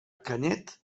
canet